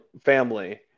family